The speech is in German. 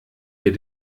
wir